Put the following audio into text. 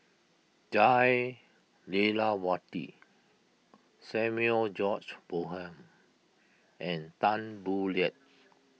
Jah Lelawati Samuel George Bonham and Tan Boo Liat